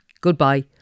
goodbye